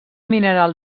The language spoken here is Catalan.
mineral